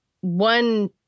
one